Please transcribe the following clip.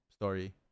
story